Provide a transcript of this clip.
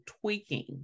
tweaking